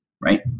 right